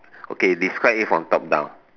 okay describe it from top down